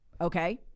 Okay